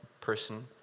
person